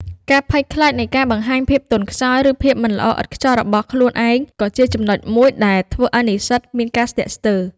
ការភ័យខ្លាចនៃការបង្ហាញភាពទន់ខ្សោយ ឬភាពមិនល្អឥតខ្ចោះរបស់ខ្លួនឯង ក៏ជាចំណុចមួយដែលធ្វើឱ្យនិស្សិតមានការស្ទាក់ស្ទើរ។